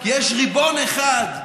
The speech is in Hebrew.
יש ריבון אחד,